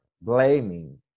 blaming